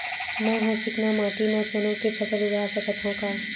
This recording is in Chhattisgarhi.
मै ह चिकना माटी म चना के फसल उगा सकथव का?